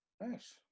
Nice